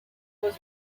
was